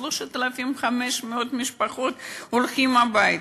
3,500 משפחות, הולכים הביתה,